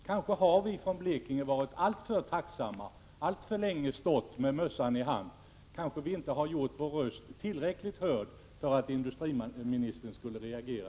Kanske har vi från Blekinge varit alltför tacksamma och alltför länge stått med mössan i handen. Kanske har vi inte gjort vår röst hörd tillräckligt för att industriministern skulle reagera.